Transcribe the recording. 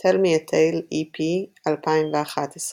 Tell Me a Tale EP - 2011 2011